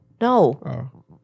No